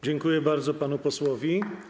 Dziękuję bardzo panu posłowi.